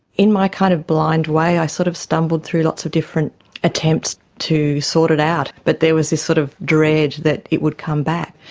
in my kind of blind way i sort of stumbled through lots of different attempts to sort it out. but there was this sort of dread that it would come back.